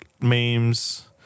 memes